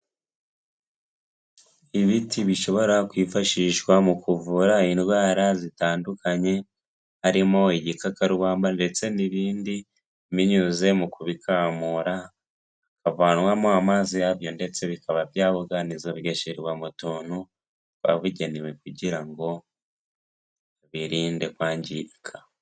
Ibiti bishobora kwifashishwa mu kuvura indwara zitandukanye harimo igikakarubamba ndetse n'ibindi binyuze mu kubikamura havanwamo amazi yabyo ndetse bikaba byabuganiza bigashyirwa mu tuntu kabugenewe kugira ngo birinde kwangirika.